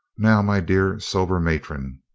now, my dear sober matron,